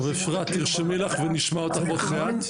טוב אפרת, תרשמי לך ונשמע אותך עוד מעט.